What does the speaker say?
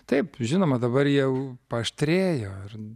taip žinoma dabar jau paaštrėjo ir